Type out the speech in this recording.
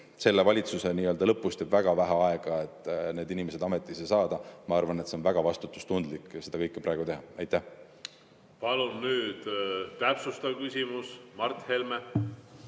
Selle valitsuse lõpust jääb väga vähe aega, et need inimesed ametisse saada. Ma arvan, et on väga vastutustundlik teha seda kõike praegu. Palun nüüd täpsustav küsimus, Mart Helme.